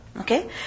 okay